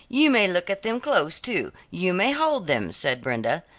you may look at them close too, you may hold them, said brenda,